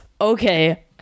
Okay